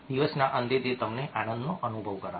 દિવસના અંતે તે તમને આનંદનો અનુભવ કરાવશે